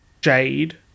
Jade